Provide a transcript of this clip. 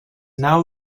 now